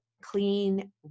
Clean